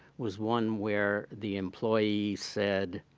was one where the employee said,